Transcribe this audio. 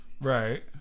Right